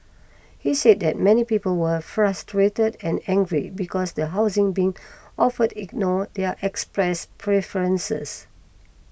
he said that many people were frustrated and angry because the housing being offered ignored their expressed preferences